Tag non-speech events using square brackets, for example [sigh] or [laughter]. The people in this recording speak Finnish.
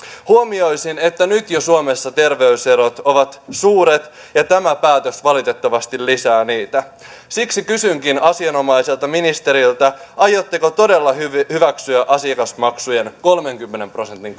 huomioisin että nyt jo suomessa terveyserot ovat suuret ja tämä päätös valitettavasti lisää niitä siksi kysynkin asianomaiselta ministeriltä aiotteko todella hyväksyä asiakasmaksujen kolmenkymmenen prosentin [unintelligible]